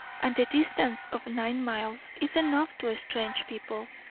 and the distance of nine miles is enough to estrange people.